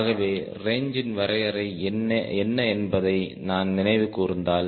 ஆகவே ரேஞ்சின் வரையறை என்ன என்பதை நான் நினைவு கூர்ந்தால்